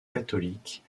catholique